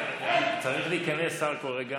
צריך להיכנס שר כל רגע.